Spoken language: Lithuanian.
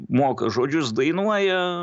moka žodžius dainuoja